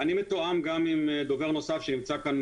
אני מתואם גם עם דובר נוסף שנמצא כאן,